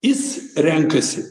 jis renkasi